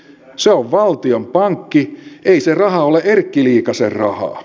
se on valtion pankki ei se raha ole erkki liikasen rahaa